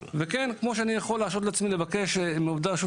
כמו שאני יכול להרשות לעצמי לבקש מעובדי רשות